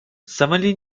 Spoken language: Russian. сомали